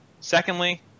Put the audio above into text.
Secondly